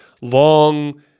long